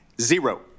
zero